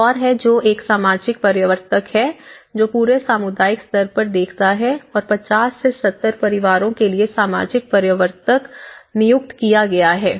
एक और है जो एक सामाजिक प्रवर्तक है जो पूरे सामुदायिक स्तर पर देखता है और 50 से 70 परिवारों के लिए सामाजिक प्रवर्तक नियुक्त किया गया है